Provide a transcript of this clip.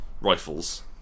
rifles